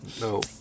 No